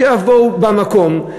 שיבואו ויהיו במקום,